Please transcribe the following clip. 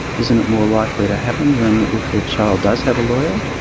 isn't it more likely to happen than if the child does have a lawyer?